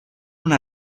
una